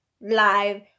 live